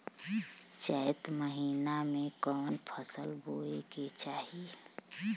चैत महीना में कवन फशल बोए के चाही?